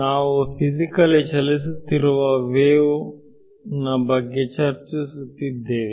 ನಾವು ಫಿಸಿಕಲ್ಲಿ ಚಲಿಸುತ್ತಿರುವ ವೇವು ಬಗ್ಗೆ ಚರ್ಚಿಸುತ್ತಿದ್ದೇವೆ